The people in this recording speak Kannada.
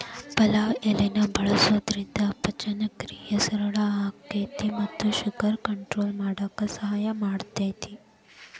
ಪಲಾವ್ ಎಲಿನ ಬಳಸೋದ್ರಿಂದ ಪಚನಕ್ರಿಯೆ ಸರಳ ಆಕ್ಕೆತಿ ಮತ್ತ ಶುಗರ್ ಕಂಟ್ರೋಲ್ ಮಾಡಕ್ ಸಹಾಯ ಮಾಡ್ತೆತಿ